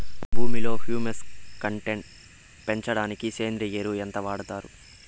భూమిలో humus content పెంచడానికి సేంద్రియ ఎరువు ఎంత వాడుతారు